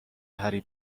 هری